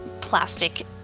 plastic